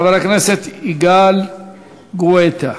חבר הכנסת יגאל גואטה.